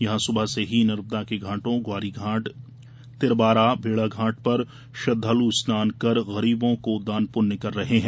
यहां सुबह से ही नर्मदा के घाटों ग्वारीघाट तिलवारा भेड़ाघाट पर श्रद्धाल् स्नान कर गरीबों का दान पृण्य कर रहे हैं